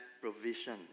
provision